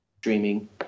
streaming